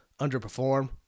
underperform